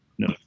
No